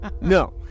No